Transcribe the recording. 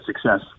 success